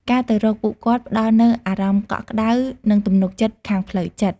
ការទៅរកពួកគាត់ផ្តល់នូវអារម្មណ៍កក់ក្តៅ និងទំនុកចិត្តខាងផ្លូវចិត្ត។